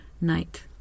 night